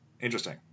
Interesting